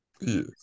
Yes